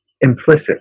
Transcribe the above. implicit